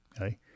Okay